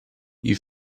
you